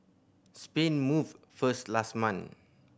Spain moved first last month